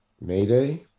Mayday